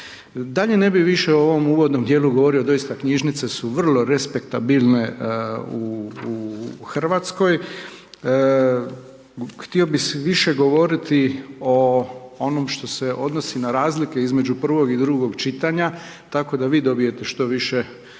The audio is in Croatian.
Dalje ne bi više u ovom uvodnom dijelu govorio, doista, knjižnice su vrlo respektabilne u Hrvatskoj. Htio bih više govoriti o onom što se odnosi na razlike između prvog i drugog čitanja, tako da vi dobijete što više prostora